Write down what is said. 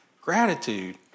Gratitude